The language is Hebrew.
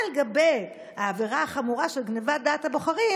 על גבי העבירה החמורה של גנבת דעת הבוחרים,